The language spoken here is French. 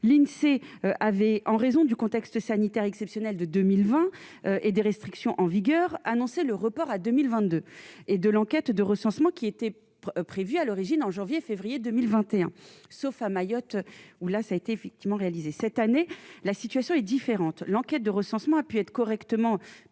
l'Insee avait en raison du contexte sanitaire exceptionnel de 2020 et des restrictions en vigueur annoncé le report à 2022, et de l'enquête de recensement qui était prévue à l'origine, en janvier, février 2021 sauf à Mayotte où là ça a été effectivement réalisés cette année, la situation est différente, l'enquête de recensement, a pu être correctement préparé